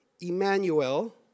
Emmanuel